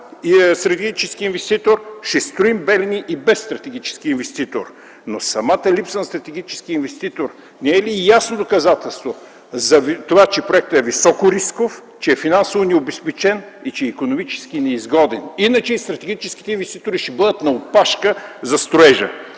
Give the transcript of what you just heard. стратегически инвеститори, ще строим „Белене” и без стратегически инвеститор”. Но от самата липса на стратегически инвеститор не е ли ясно доказателство, за това, че проектът е високорисков, че е финансово необезпечен и икономически неизгоден. Иначе стратегическите инвеститори ще бъдат на опашка за строежа.